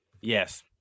yes